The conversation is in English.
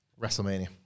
WrestleMania